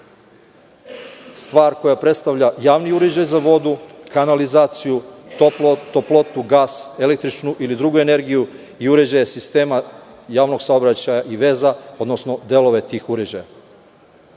stvar koji predstavlja javni uređaj za vodu, kanalizaciju, toplotu, gas, električnu ili drugu energiju i uređaje sistema javnog saobraćaja i veza, odnosno delove tih uređaja. Sve